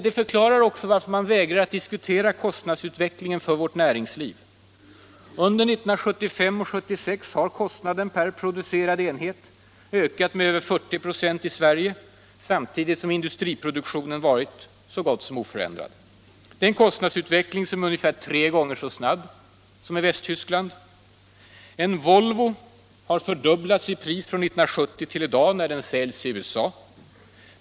Det förklarar också varför man vägrar att diskutera kostnadsutvecklingen för vårt näringsliv. Under 1975 och 1976 har kostnaden per producerad enhet i Sverige ökat med över 40 2, samtidigt som industriproduktionen varit så gott som oförändrad. Kostnadsutvecklingen är ungefär tre gånger så snabb som i Västtyskland. En Volvo har fördubblats i pris från 1970 till i dag, när den säljs i USA.